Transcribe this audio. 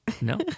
No